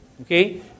okay